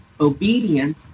obedience